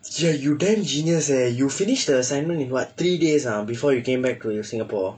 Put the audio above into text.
!chey! you damn genius eh you finish the assignment in what three days ah before you came back to uh Singapore